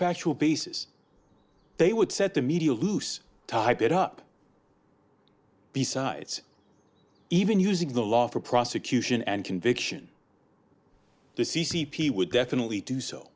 factual basis they would set the media loose type it up besides even using the law for prosecution and conviction the c c p would definitely do so